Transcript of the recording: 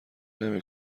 نمی